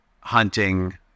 hunting